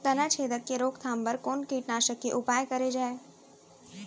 तनाछेदक के रोकथाम बर कोन कीटनाशक के उपयोग करे जाये?